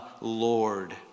Lord